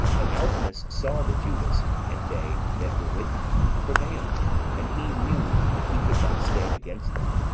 and alcimus saw that judas and they that were with him, prevailed and he knew that he could not stand against them,